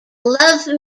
love